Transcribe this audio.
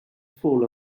fall